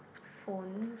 phone